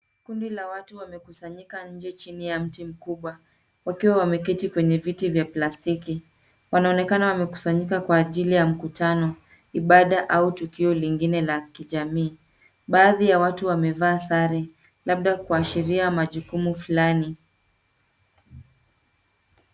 Kundi la watu wamekusanyika nje chini ya mti mkubwa wakiwa wameketi kwenye viti vya plastiki. Wanaonekana wamekusanyika kwa ajili ya mkutano, ibada au tukio lingine la kijamii. Baadhi ya watu wamevaa sare labda kuashiria majukumu fulani.